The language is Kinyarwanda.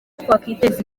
twakwiteza